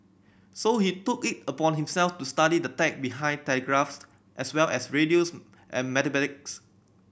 so he took it upon himself to study the tech behind telegraph as well as radios and mathematics